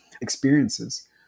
experiences